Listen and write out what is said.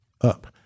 up